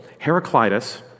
Heraclitus